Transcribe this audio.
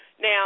Now